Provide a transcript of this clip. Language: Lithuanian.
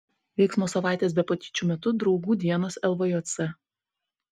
veiksmo savaitės be patyčių metu draugų dienos lvjc